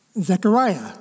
Zechariah